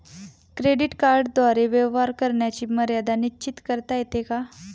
Credit कार्डद्वारे व्यवहार करण्याची मर्यादा निश्चित करता येते का?